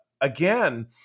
again